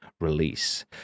release